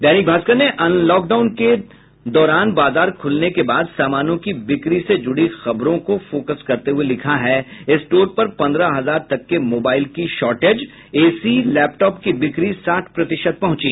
दैनिक भास्कर ने अन लॉकडाउन के दौरान बाजार खुलने के बाद सामानों की बिक्री से जुड़ी खबरों को फोकस करते हुये लिखा है स्टोर पर पंद्रह हजार तक के मोबाइल की शॉर्टेज एसी लैपटॉप की बिक्री साठ प्रतिशत पहुंची